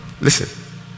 Listen